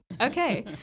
Okay